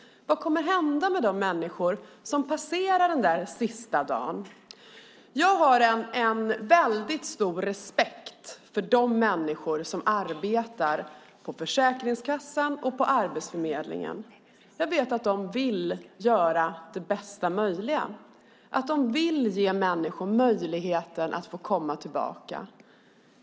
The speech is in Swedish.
Vad kommer att hända med de människor som passerar den sista dagen? Jag har en stor respekt för de människor som arbetar på Försäkringskassan och Arbetsförmedlingen. Jag vet att de vill göra det bästa möjliga. De vill ge människor möjligheten att få komma tillbaka.